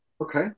Okay